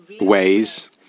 ways